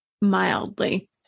mildly